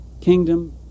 kingdom